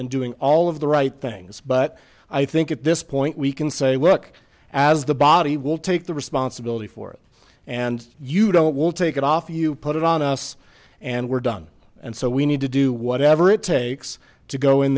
and doing all of the right things but i think at this point we can say work as the body will take the responsibility for it and you don't we'll take it off you put it on us and we're done and so we need to do whatever it takes to go in